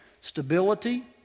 stability